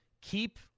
keep